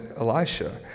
Elisha